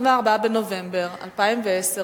לא היו מתנגדים ולא היו נמנעים.